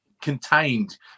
contained